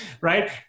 right